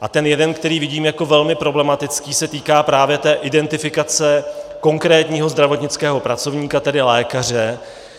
A ten jeden, který vidím jako velmi problematický, se týká právě té identifikace konkrétního zdravotnického pracovníka, tedy lékaře